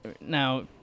now